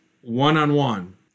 one-on-one